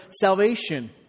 salvation